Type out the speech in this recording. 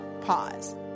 pause